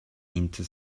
into